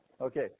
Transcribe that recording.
Okay